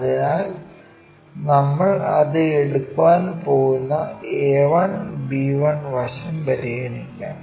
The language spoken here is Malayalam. അതിനാൽ നമ്മൾ അത് എടുക്കാൻ പോകുന്ന a1 b1 വശം പരിഗണിക്കാം